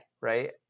Right